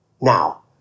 now